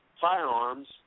firearms